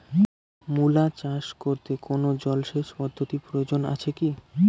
মূলা চাষ করতে কোনো জলসেচ পদ্ধতির প্রয়োজন আছে কী?